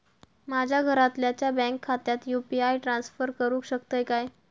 माझ्या घरातल्याच्या बँक खात्यात यू.पी.आय ट्रान्स्फर करुक शकतय काय?